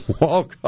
walk